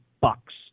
bucks